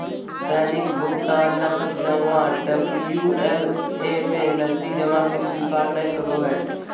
दैनिक भुकतान नकद जमा डबल्यू.एल.ए में नकदी जमा के स्वीकार नय करो हइ